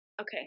okay